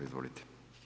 Izvolite.